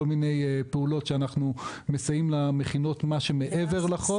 מיני פעולות שאנחנו מסייעים למכינות מה שמעבר לחוק.